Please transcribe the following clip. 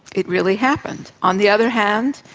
it really happened. on the other hand,